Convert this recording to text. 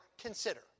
consider